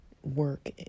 work